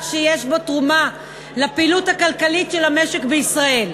שיש בו תרומה לפעילות הכלכלית של המשק בישראל.